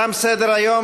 תם סדר-היום.